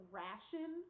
ration